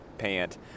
pant